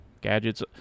gadgets –